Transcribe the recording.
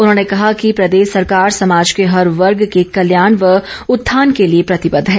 उन्होंने कहा कि प्रदेश सरकार समाज के हर वर्ग के कल्याण व उत्थान के लिए प्रतिबद्ध है